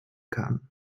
kann